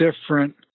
different